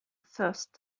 first